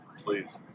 Please